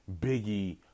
Biggie